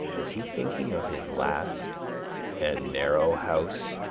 is he thinking of his last and narrow house?